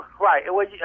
Right